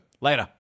Later